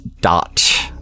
dot